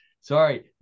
sorry